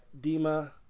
Dima